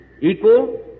equal